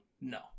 No